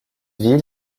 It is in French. ville